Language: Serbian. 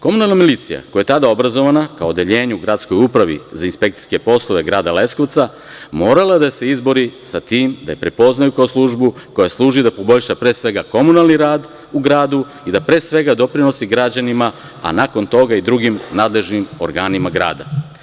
Komunalna milicija koja je tada obrazovana pri odeljenju u Gradskoj upravi za inspekcijske poslove grada Leskovca, morala je da se izbori sa tim da je prepoznaju kao službu koja služi da poboljša pre svega komunalni rad u gradu i da doprinosi građanima, a nakon toga i drugim nadležnim organima grada.